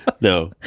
No